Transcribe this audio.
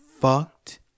fucked